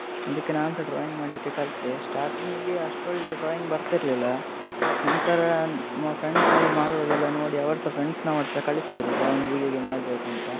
ಅದಕ್ಕೆ ನಾನು ಸಹ ಡ್ರಾಯಿಂಗ್ ಮಾಡಲಿಕ್ಕೆ ಕಲಿತೆ ಸ್ಟಾರ್ಟಿಂಗಿಗೆ ಅಷ್ಟೊಳ್ಳೆ ಡ್ರಾಯಿಂಗ್ ಬರ್ತಿರ್ಲಿಲ್ಲ ನಂತರ ಫ್ರೆಂಡ್ಸ್ ಮಾಡೋದೆಲ್ಲ ನೋಡಿ ಅವರು ಸಹ ಫ್ರೆಂಡ್ಸ್ನವರು ಸಹಾ ಕಲಿಸಿದರು ಡ್ರಾಯಿಂಗ್ ಹೇಗೇಗೆ ಮಾಡಬೇಕು ಅಂತ